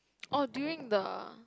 oh during the